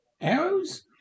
Arrows